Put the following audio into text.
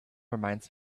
reminds